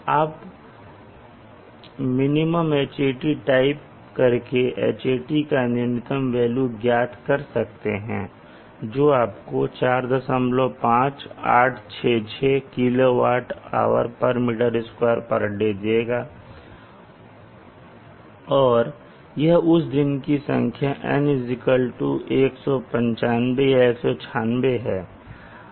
आप min type करके Hat का न्यूनतम वेल्यू ज्ञात कर सकते हैं जो आपको 45866 kWh m2 day देगा और यह उस दिन की संख्या N 195 या 196 है